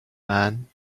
man